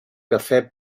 café